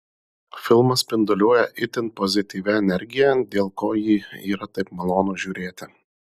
filmas spinduliuoja itin pozityvia energija dėl ko jį yra taip malonu žiūrėti